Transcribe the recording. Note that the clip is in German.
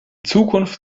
zukunft